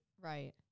Right